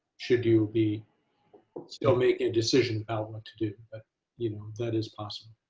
should you be still making a decision about what to do but you know that is possible.